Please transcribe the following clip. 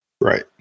Right